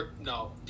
No